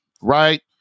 Right